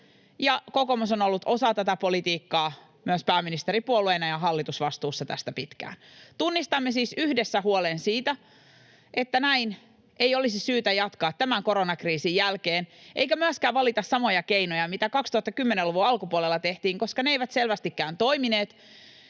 ja kokoomus on myös ollut osa tätä politiikkaa pääministeripuolueena ja hallitusvastuussa tästä pitkään. Tunnistamme siis yhdessä huolen siitä, että näin ei olisi syytä jatkaa tämän koronakriisin jälkeen eikä myöskään valita samoja keinoja kuin 2010-luvun alkupuolella, koska ne eivät selvästikään toimineet.